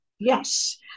Yes